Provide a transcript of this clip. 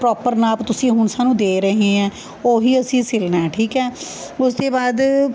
proper ਨਾਪ ਤੁਸੀਂ ਹੁਣ ਸਾਨੂੰ ਦੇ ਰਹੇ ਹੈ ਉਹ ਹੀ ਅਸੀਂ ਸਿਲਣਾ ਹੈ ਠੀਕ ਹੈ ਉਸ ਤੇ ਬਾਅਦ